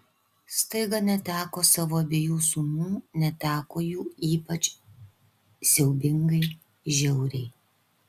staiga neteko savo abiejų sūnų neteko jų ypač siaubingai žiauriai